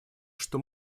что